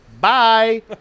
Bye